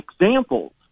examples